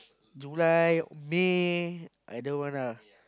July May either one ah